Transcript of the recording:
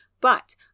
But